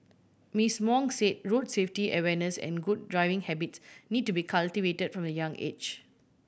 Miss Wong say road safety awareness and good driving habit need to be cultivated from a young age